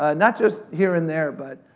ah not just here and there, but